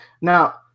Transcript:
now